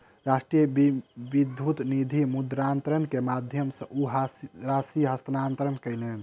राष्ट्रीय विद्युत निधि मुद्रान्तरण के माध्यम सॅ ओ राशि हस्तांतरण कयलैन